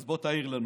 אז בוא תעיר לנו.